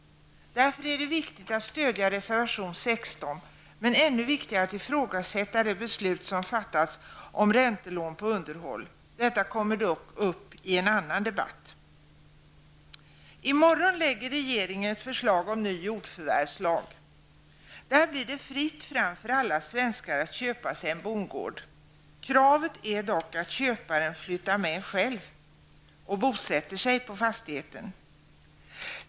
Därför är det viktigt att stödja reservation 16, men det är ännu viktigare att i frågasätta det beslut som fattats om räntelån till underhåll. Detta kommer dock i en annan debatt. I morgon lägger regeringen fram ett förslag om ny jordförvärvslag. Där blir det fritt fram för alla svenskar att köpa sig en bondgård. Kravet är dock att köparen flyttar med själv och bosätter sig på fastigheten.